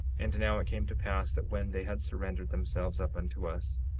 and now it came to pass that when they had surrendered themselves up unto us,